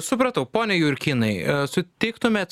supratau pone jurkynai sutiktumėt